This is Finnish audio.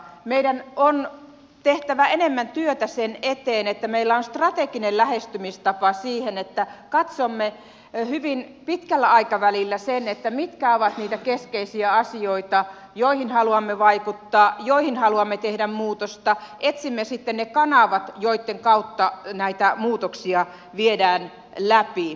meidän on tehtävä enemmän työtä sen eteen että meillä on strateginen lähestymistapa siihen että katsomme hyvin pitkällä aikavälillä sen mitkä ovat niitä keskeisiä asioita joihin haluamme vaikuttaa joihin haluamme tehdä muutosta etsimme sitten ne kanavat joitten kautta näitä muutoksia viedään läpi